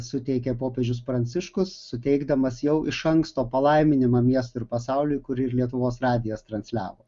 suteikė popiežius pranciškus suteikdamas jau iš anksto palaiminimą miestui ir pasauliui kurį lietuvos radijas transliavo